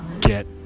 get